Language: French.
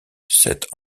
cet